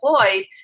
employed